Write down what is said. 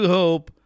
hope